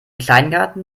kleingarten